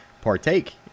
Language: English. partake